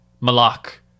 Malak